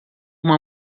uma